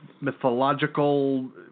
mythological